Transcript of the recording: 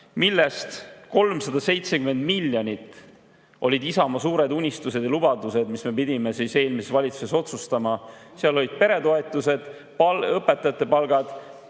millest 370 miljonit olid Isamaa suured unistused ja lubadused, mis me pidime eelmises valitsuses otsustama. Seal olid peretoetused, õpetajate palgad